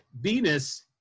Venus